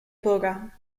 bürger